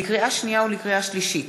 לקריאה שנייה ולקריאה שלישית: